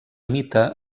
mite